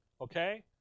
Okay